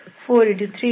4